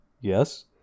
yes